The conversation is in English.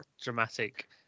dramatic